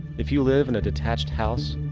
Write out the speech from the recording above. if you live in a detached house,